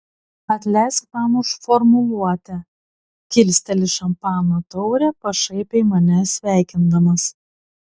atleisk man už formuluotę kilsteli šampano taurę pašaipiai mane sveikindamas